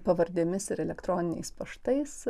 pavardėmis ir elektroniniais paštais